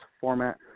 format